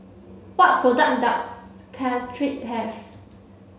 what products does Caltrate have